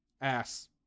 Ass